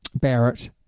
Barrett